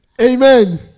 Amen